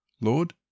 Lord